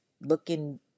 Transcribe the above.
looking